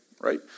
right